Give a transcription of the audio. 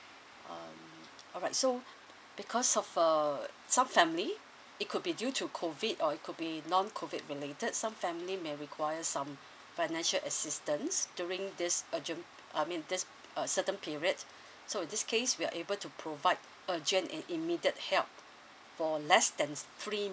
um alright so because of a some family it could be due to COVID or it could be non COVID related some family may requires some financial assistance during this urgent I mean this uh certain period so in this case we are able to provide urgent and immediate help for less than three